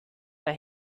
that